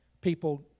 people